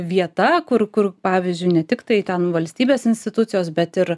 vieta kur kur pavyzdžiui ne tiktai ten valstybės institucijos bet ir